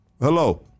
Hello